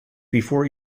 before